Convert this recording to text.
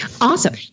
Awesome